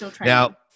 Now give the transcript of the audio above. now